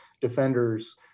defenders